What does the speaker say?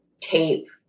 tape